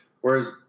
Whereas